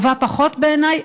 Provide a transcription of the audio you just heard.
טובה פחות בעיניי,